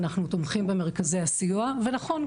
אנחנו תומכים במרכזי הסיוע ונכון,